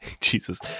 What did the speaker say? jesus